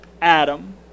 Adam